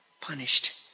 punished